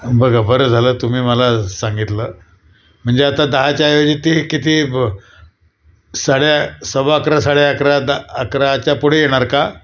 बघा बरं झालं तुम्ही मला सांगितलं म्हणजे आता दहाच्या ऐवजी ती किती ब साड्या सव्वा अकरा साडे अकरा द अकराच्या पुढे येणार का